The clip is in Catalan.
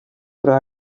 però